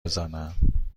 بزنم